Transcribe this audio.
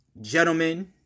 gentlemen